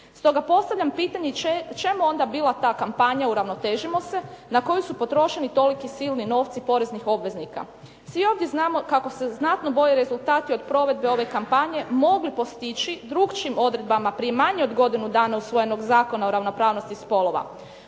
Stoga postavljam pitanje čemu je onda bila ta kampanja uravnotežimo se na koju su potrošeni toliki silni novci poreznih obveznika. Svi ovdje znamo kako se znatno bolji rezultati od provedbe ove kampanje mogli postići drukčijim odredbama prije manje od godinu dana usvojenog Zakona o ravnopravnosti spolova.